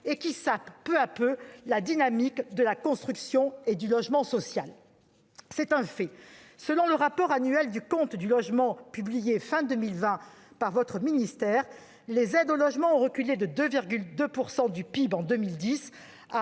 et qui sape peu à peu la dynamique de la construction et du logement social. C'est un fait ! Selon le rapport annuel du compte du logement publié fin 2020 par votre ministère, les aides au logement ont reculé : elles représentaient